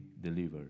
delivered